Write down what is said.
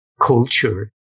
culture